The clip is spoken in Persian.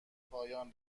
پایان